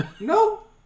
No